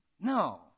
No